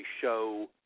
show